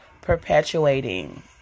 perpetuating